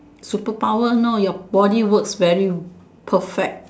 superpower no your body works very perfect